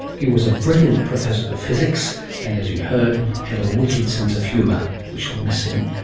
he was a brilliant professor of physics and, as you heard, had a wicked sense of humour. we shall miss him